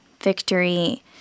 victory